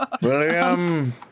William